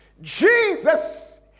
Jesus